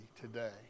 today